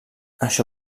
això